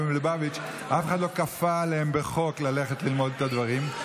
מלובביץ' אף אחד לא כפה עליהם בחוק ללכת ללמוד את הדברים.